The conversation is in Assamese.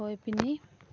থৈ পিনি